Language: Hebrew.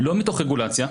לא מתוך רגולציה,